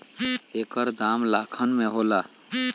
एकर दाम लाखन में होला